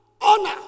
Honor